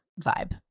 vibe